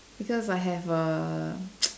because I have a